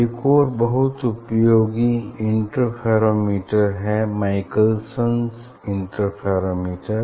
एक और बहुत उपयोगी इंटरफेरोमीटर है माईकलसन इंटरफेरोमीटर